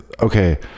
okay